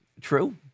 true